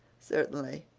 certainly,